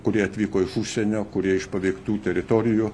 kurie atvyko iš užsienio kurie iš paveiktų teritorijų